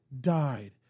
died